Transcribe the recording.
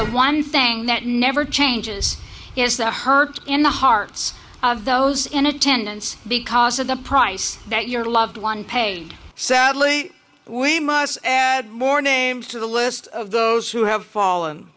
the one thing that never changes yes the hearts in the hearts of those in attendance because of the price that your loved one paid sadly we must add morning to the list of those who have fall